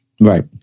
Right